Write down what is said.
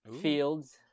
fields